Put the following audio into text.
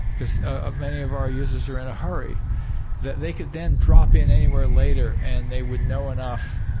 because ah many of our users are in a hurry that they can then drop in anywhere later and they would know enough